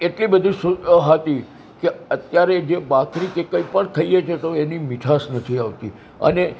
એટલી બધી હતી કે અત્યારે જે ભાખરી કે કંઈ પણ ખાઈએ છે તો એની મીઠાશ નથી આવતી અને